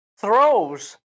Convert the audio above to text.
throws